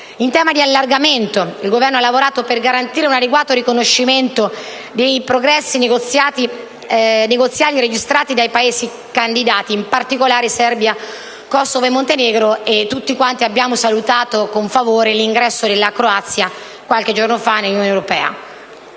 In tema di allargamento, il Governo ha lavorato per garantire un adeguato riconoscimento dei progressi negoziali registrati dai Paesi candidati, in particolare per la Serbia, il Kosovo e il Montenegro. E tutti quanti abbiamo salutato l'ingresso della Croazia nell'Unione europea